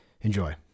enjoy